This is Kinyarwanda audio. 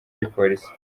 gipolisi